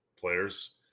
players